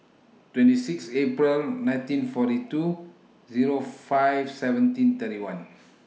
twenty six April nineteen forty two Zero five seventeen thirty one